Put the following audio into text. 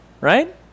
right